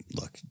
look